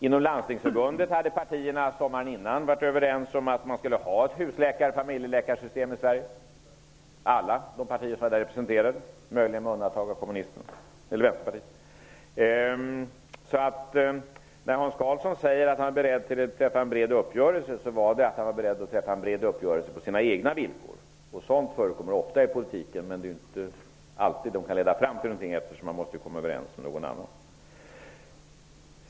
I Landstingsförbundet hade partierna sommaren innan varit överens om att man skulle ha ett husläkarsystem/familjeläkarsystem i Sverige. Alla partier som är representerade där var överens, möjligen med undantag av Vänsterpartiet. När Hans Karlsson säger att Socialdemokraterna var beredda att träffa en bred uppgörelse menar han en bred uppgörelse på partiets egna villkor. Sådant förekommer ofta i politiken. Det är inte alltid det kan leda fram till någonting, eftersom man måste komma överens med någon annan.